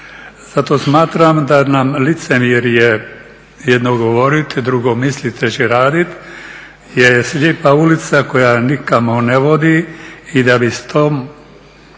Zato smatram da nam licemjerje jedno govorit, drugo mislite, treće raditi je slijepa ulica koja nikamo ne vodi i da bi s tom